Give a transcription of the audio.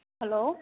hello